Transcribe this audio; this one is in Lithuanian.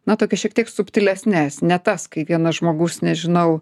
na tokias šiek tiek subtilesnes ne tas kai vienas žmogus nežinau